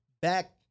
back